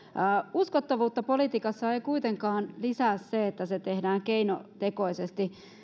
uskottavuutta politiikassa ei kuitenkaan lisää se että se tehdään keinotekoisesti